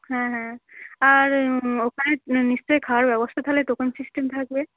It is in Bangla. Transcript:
হ্যাঁ হ্যাঁ আর ওখানে নিশ্চয়ই খাওয়ার ব্যবস্থা তাহলে দোকান সিস্টেম থাকবে